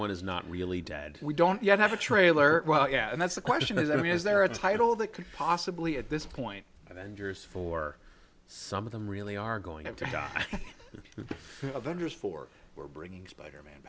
everyone is not really dead we don't yet have a trailer well yeah and that's the question is i mean is there a title that could possibly at this point and yours for some of them really are going into the avengers for we're bringing spider man